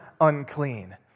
unclean